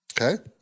okay